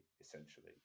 essentially